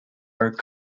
are